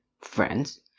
Friends